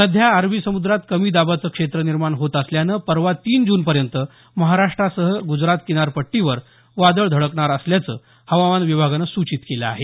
सध्या अरबी समुद्रात कमी दाबाचं क्षेत्र निर्माण होत असल्यानं परवा तीन जूनपर्यंत महाराष्ट्रासह ग्जरात किनारपट्टीवर वादळ धडकणार असल्याचं हवामान विभागानं सूचित केलं आहे